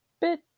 bit